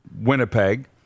Winnipeg